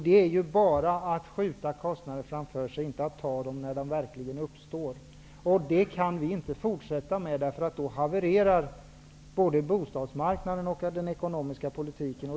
Det är ju bara att skjuta kostnaderna framför sig i stället för att ta dem när de uppstår. Det kan vi inte fortsätta med. Då havererar både bostadsmarknaden och den ekonomiska politiken.